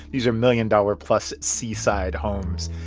these were million-dollar-plus seaside homes.